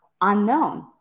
unknown